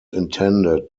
intended